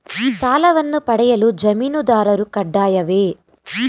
ಸಾಲವನ್ನು ಪಡೆಯಲು ಜಾಮೀನುದಾರರು ಕಡ್ಡಾಯವೇ?